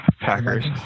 Packers